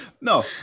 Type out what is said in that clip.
No